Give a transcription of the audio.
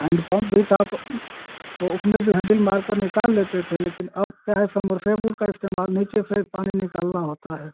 hand pump भी था तो उसमें भी हैंडिल मारकर निकाल लेते थे लेकिन अब क्या है समरसेबुल का इस्तेमाल नीचे फिर पानी निकालना होता है